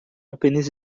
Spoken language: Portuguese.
apenas